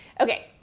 okay